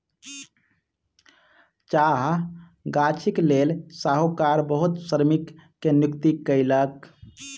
चाह गाछीक लेल साहूकार बहुत श्रमिक के नियुक्ति कयलक